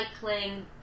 cycling